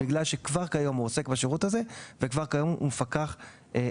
בגלל שכבר כיום הוא עוסק בשירות הזה ומפקח עליו.